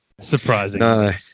surprisingly